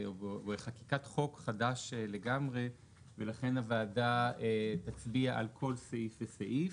בחקיקת חוק חדש לגמרי ולכן הוועדה תצביע על כל סעיף וסעיף.